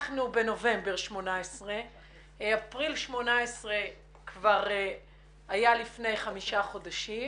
אנחנו בנובמבר 2018. אפריל 2018 כבר היה לפני חמישה חודשים.